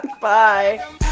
Bye